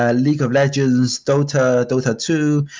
ah league of legends, dota, dota two,